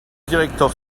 directeur